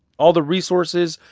all the resources,